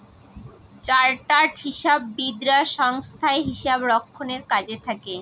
chartered হিসাববিদরা সংস্থায় হিসাব রক্ষণের কাজে থাকে